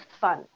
fun